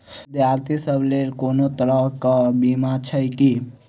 विद्यार्थी सभक लेल कोनो तरह कऽ बीमा छई की?